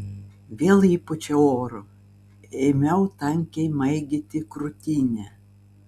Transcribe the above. vėl įpūčiau oro ėmiau tankiai maigyti krūtinę